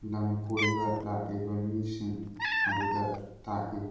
ꯂꯝ ꯀꯣꯏꯕ ꯂꯥꯛꯂꯤꯕ ꯃꯤꯁꯤꯡ ꯑꯗꯨꯗ ꯇꯥꯛꯏ